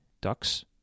ducks